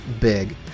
big